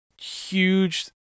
huge